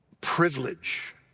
Privilege